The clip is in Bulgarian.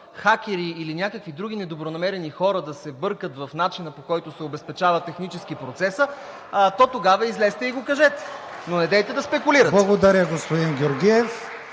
хакери или някакви други недобронамерени хора да се бъркат в начина, по който се обезпечава технически процеса, то тогава излезте и го кажете, но недейте да спекулирате! (Ръкопляскания от